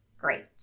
Great